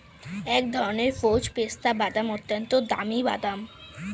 এক ধরনের ভোজ্য পেস্তা বাদাম, অত্যন্ত দামি বাদাম